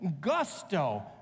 gusto